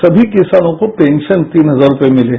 समी किसानों को पेंगन तीन हजार रूपये मिली